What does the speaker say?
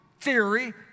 theory